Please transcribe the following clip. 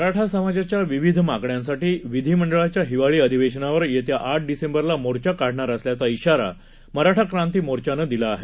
मराठासमाजाच्याविविधमागण्यांसाठीविधिमंडळाच्याहिवाळीअधिवेशनावरयेत्याआठ डिसेंबरलामोर्चाकाढणारअसल्याचाइशारामराठाक्रांतीमोर्चानंदिलाआहे